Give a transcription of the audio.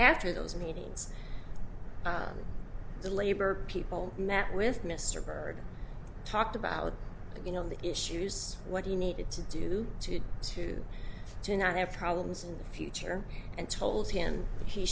after those meetings the labor people met with mr byrd talked about you know the issues what he needed to do to to to not have problems in the future and told him